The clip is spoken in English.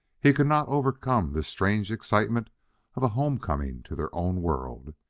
he could not overcome this strange excitement of a homecoming to their own world.